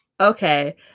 Okay